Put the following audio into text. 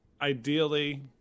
Ideally